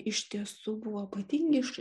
a iš tiesų buvo ypatingi